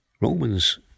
Romans